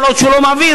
כל עוד הוא לא מעביר,